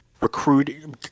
recruiting